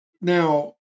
now